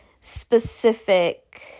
specific